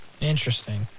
Interesting